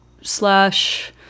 slash